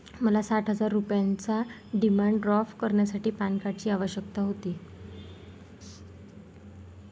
मला साठ हजार रुपयांचा डिमांड ड्राफ्ट करण्यासाठी पॅन कार्डची आवश्यकता होती